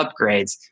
upgrades